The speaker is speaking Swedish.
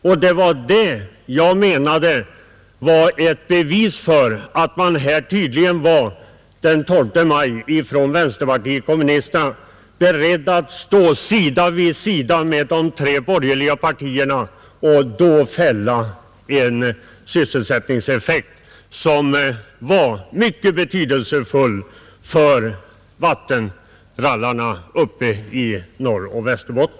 Och det var den inställningen som jag betraktade som ett bevis för att man från vpk:s sida den 12 maj tydligen var beredd att stå sida vid sida med de tre borgerliga partierna och då fälla ett sysselsättningsprojekt som var mycket betydelsefullt för vattenrallarna uppe i Norrbotten och Västerbotten.